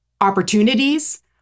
opportunities